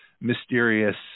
mysterious